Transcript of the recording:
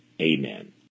Amen